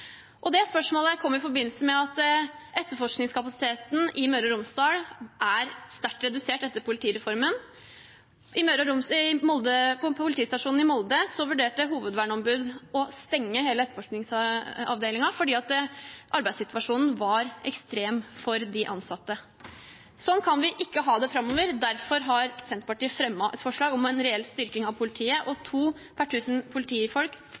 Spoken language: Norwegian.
det samme spørsmålet: Forstår justisministeren egentlig alvoret? Det spørsmålet kom i forbindelse med at etterforskningskapasiteten i Møre og Romsdal er sterkt redusert etter politireformen. På politistasjonen i Molde vurderte hovedverneombudet å stenge hele etterforskningsavdelingen fordi arbeidssituasjonen var ekstrem for de ansatte. Slik kan vi ikke ha det framover. Derfor har Senterpartiet fremmet et forslag om en reell styrking av politiet og to politifolk per